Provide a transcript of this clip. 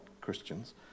Christians